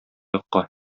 якка